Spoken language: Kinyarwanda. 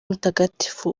mutagatifu